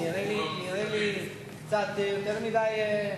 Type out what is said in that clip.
נראה לי קצת יותר מדי.